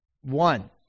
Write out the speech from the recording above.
One